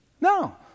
No